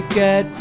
get